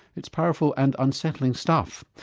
it's powerful and unsettling stuff.